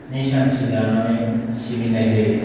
सान्थि लानानै सिबिनाय जायो